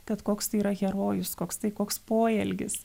kad koks tai yra herojus koks tai koks poelgis